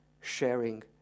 sharing